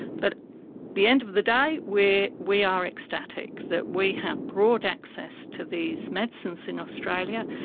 but the end of the day we we are ecstatic that we have broad access to these medicines in australia.